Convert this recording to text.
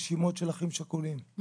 רשימות של אחים שכולים,